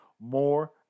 more